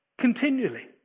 continually